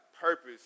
purpose